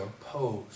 opposed